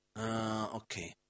okay